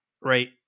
right